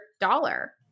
dollar